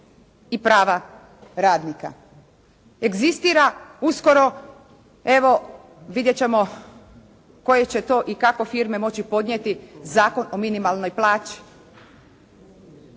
i prava radnika. Egzistira uskoro evo vidjet ćemo koje će to i kako firme moći podnijeti Zakon o minimalnoj plaći.